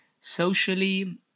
Socially